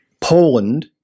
Poland